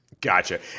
Gotcha